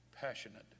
passionate